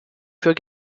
für